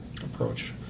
approach